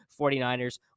49ers